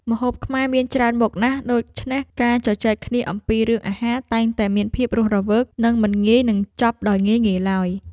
ម្ហូបខ្មែរមានច្រើនមុខណាស់ដូច្នេះការជជែកគ្នាអំពីរឿងអាហារតែងតែមានភាពរស់រវើកនិងមិនងាយនឹងចប់ដោយងាយៗឡើយ។